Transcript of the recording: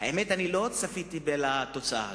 לא צפיתי לתוצאה הזאת.